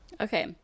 Okay